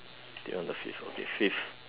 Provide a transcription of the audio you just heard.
still on the fifth okay fifth